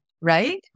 Right